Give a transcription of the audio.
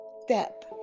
step